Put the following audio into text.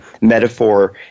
metaphor